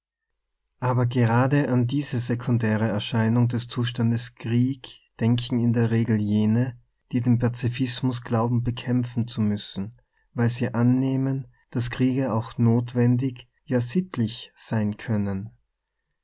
aber gerade an diese sekundäre erscheinung des zustandes krieg denken in der regel jene die den pazifismus glauben bekämpfen zu müssen weil sie annehmen daß kriege auch notwendig ja sittlich sein können